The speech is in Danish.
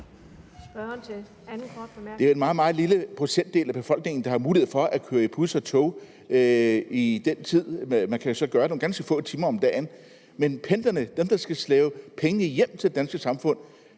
Det er jo en meget, meget lille procentdel af befolkningen, der har mulighed for at køre i bus og tog på de tidspunkter. Man kan jo kun gøre det nogle ganske få timer om dagen. Men pendlerne, altså dem, der skal slæbe pengene hjem til det danske samfund,